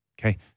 okay